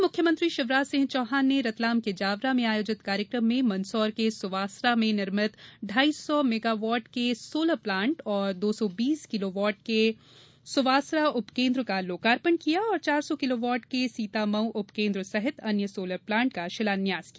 वहीं मुख्यमंत्री शिवराज सिंह चौहान ने रतलाम के जावरा में आयोजित कार्यक्रम में मंदसौर के सुवासरा में निर्मित ढाई सौ मेगावाट के सोलर प्लाण्ट दो सौ बीस किलोवॉट के सुवासरा उपकेन्द्र का लोकार्पण किया और चार सौ किलोवॉट के सीतामऊ उपकेन्द्र सहित अन्य सोलर प्लाण्ट का शिलान्यास किया